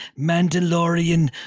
Mandalorian